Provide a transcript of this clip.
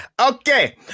Okay